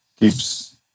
keeps